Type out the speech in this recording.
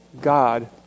God